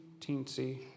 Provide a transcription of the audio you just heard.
teensy